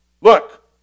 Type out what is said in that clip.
Look